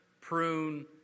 prune